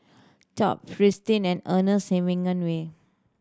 Top Fristine and Ernest